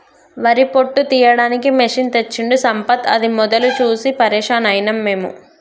వరి పొట్టు తీయడానికి మెషిన్ తెచ్చిండు సంపత్ అది మొదలు చూసి పరేషాన్ అయినం మేము